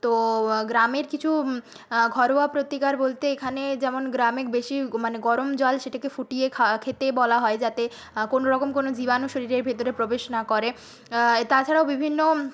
তো গ্রামের কিছু ঘরোয়া প্রতিকার বলতে এখানে যেমন গ্রামে বেশি মানে গরম জল সেটাকে ফুটিয়ে খেতে বলা হয় যাতে কোনওরকম কোনও জীবাণু শরীরের ভেতরে প্রবেশ না করে তাছাড়াও বিভিন্ন